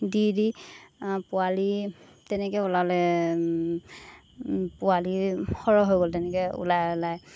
দি দি পোৱালি তেনেকৈ ওলালে পোৱালি সৰহ হৈ গ'ল তেনেকৈ ওলাই ওলাই